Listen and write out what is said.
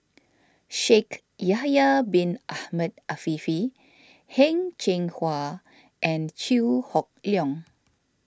Shaikh Yahya Bin Ahmed Afifi Heng Cheng Hwa and Chew Hock Leong